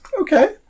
Okay